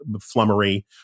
Flummery